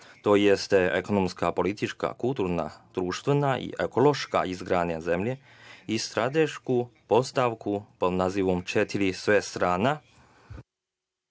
to jeste ekonomska, politička, kulturna, društvena i ekološka izgradnja zemlje i stratešku postavku pod nazivom „četiri svestrana“,